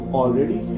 already